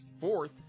fourth